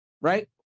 right